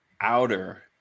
outer